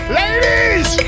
Ladies